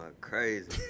crazy